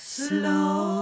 slow